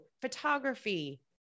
photography